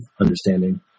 understanding